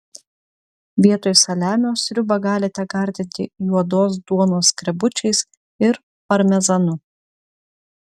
vietoj saliamio sriubą galite gardinti juodos duonos skrebučiais ir parmezanu